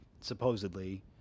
supposedly